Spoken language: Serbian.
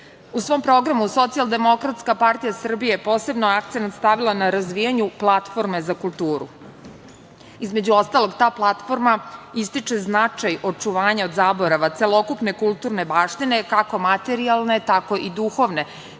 svom programu, SDPS posebno je akcenat stavila na razvijanje platforme za kulturu. Između ostalog, ta platforma ističe značaj očuvanja od zaborava celokupne kulturne baštine kako materijalne, tako i duhovne,